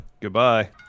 Goodbye